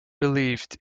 believed